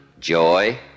joy